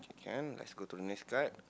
can let us go to next card